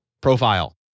profile